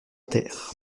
terre